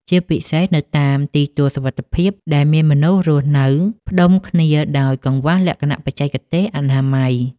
ជាពិសេសនៅតាមទីទួលសុវត្ថិភាពដែលមានមនុស្សរស់នៅផ្ដុំគ្នាដោយកង្វះលក្ខណៈបច្ចេកទេសអនាម័យ។